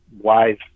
wise